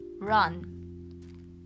Run